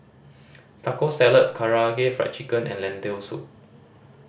Taco Salad Karaage Fried Chicken and Lentil Soup